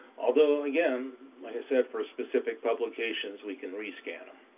although, again, like i said, for specific publications we can rescan them.